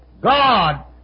God